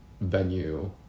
venue